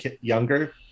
younger